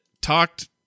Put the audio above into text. talked